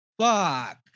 fuck